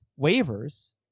waivers